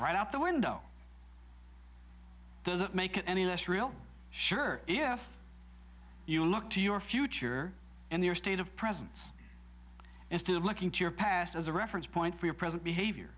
right out the window doesn't make it any less real sure if you look to your future and your state of presence instead of looking to your past as a reference point for your present behavior